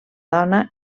dona